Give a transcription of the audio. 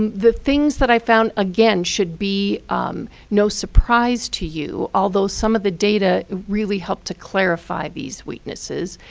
and the things that i found, again, should be no surprise to you, although some of the data really helped to clarify these weaknesses.